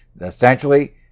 essentially